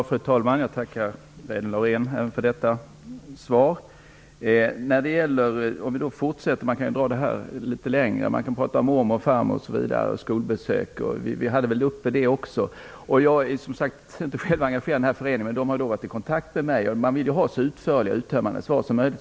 Fru talman! Jag tackar Reidunn Laurén även för detta svar. Man kan gå vidare i detta sammanhang och även tala om mormoders och farmoders rätt till skolbesök osv. Vi berörde också detta förra gången. Jag är inte själv verksam i den förening som engagerat sig i dessa frågor, men den har tagit kontakt med mig, och man vill gärna ha så uttömmande svar som möjligt.